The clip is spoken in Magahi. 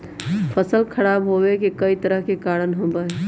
फसल खराब होवे के कई तरह के कारण होबा हई